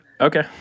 Okay